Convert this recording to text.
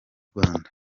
rwanda